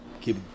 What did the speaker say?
keep